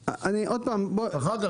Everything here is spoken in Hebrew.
אני, עוד פעם --- אחר כך.